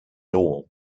all